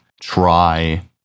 try